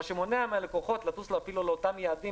מה שמונע מהלקוחות לטוס לאותם יעדים